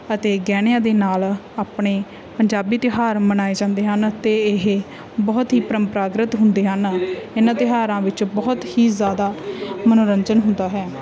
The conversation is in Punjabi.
ਅਤੇ ਗਹਿਣਿਆਂ ਦੇ ਨਾਲ ਆਪਣੇ ਪੰਜਾਬੀ ਤਿਉਹਾਰ ਮਨਾਏ ਜਾਂਦੇ ਹਨ ਅਤੇ ਇਹ ਬਹੁਤ ਹੀ ਪਰੰਪਰਾਗਤ ਹੁੰਦੇ ਹਨ ਇਹਨਾਂ ਤਿਉਹਾਰਾਂ ਵਿੱਚ ਬਹੁਤ ਹੀ ਜ਼ਿਆਦਾ ਮਨੋਰੰਜਨ ਹੁੰਦਾ ਹੈ